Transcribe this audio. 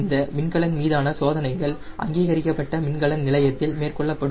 இந்த மின்கலன் மீதான சோதனைகள் அங்கீகரிக்கப்பட்ட மின்கலன் நிலையத்தில் மேற்கொள்ளப்படும்